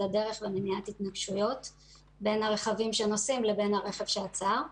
הדרך ומניעת התנגשויות בין הרכבים שנוסעים לבין הרכב שעצר.